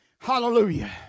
Hallelujah